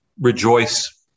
Rejoice